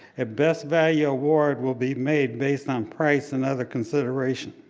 a best value award will be made based on price and other consideration.